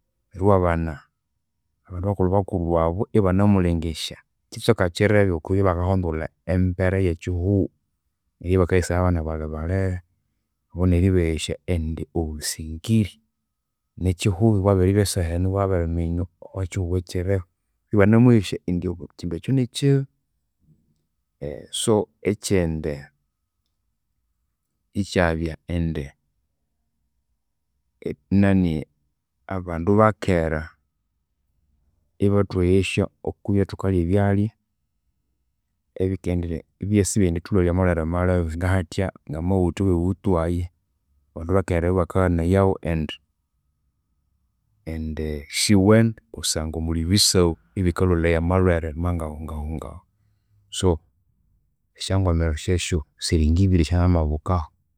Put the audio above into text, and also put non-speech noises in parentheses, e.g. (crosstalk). Neru iwabana abandu bakulhubakulhu abu ibanamulengesya kyitsweka kyirebe okwibya ibakahundulha embera eyekyihugho. Eribya ibakaghesaya abana balerebalere, obo neribeghesya indi obusingiri nikyihugho, bwabiribya esaha enu ibwabiriminywa okwakyihugho ekyirihu. Ibanamweghesya indi ekyindu ekyu nikyibi. (hesitation) So ekyindi ikyabya indi enani abandu abakera ibathweghesya okwibya ithukalya ebyalya ebikendire ibyabya isibyendithulhwalya amalhwere malebe. Ngahathya ngamaghutha aweghutu aya, abandu bakera ibo ibakaghanayaghu indi syiwene kusangwa muli ebisabu ebikalhwaya amalhwere mangahungahu. So, esyangwamirwa syeshu siringibiri esyangamabukahu.